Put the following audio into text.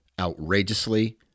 outrageously